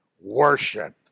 worship